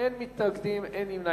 9, אין מתנגדים, אין נמנעים.